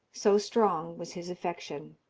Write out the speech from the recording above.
so strong was his affection.